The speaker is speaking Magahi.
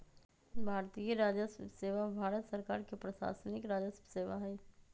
भारतीय राजस्व सेवा भारत सरकार के प्रशासनिक राजस्व सेवा हइ